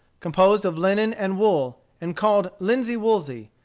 composed of linen and wool, and called linsey-woolsey,